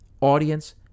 audience